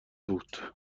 بود